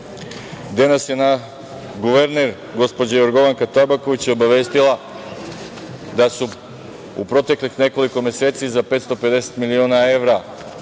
nas je guverner, gospođa Jorgovanka Tabaković, obavestila da su u proteklih nekoliko meseci za 550 miliona evra,